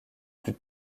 plus